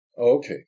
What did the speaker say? Okay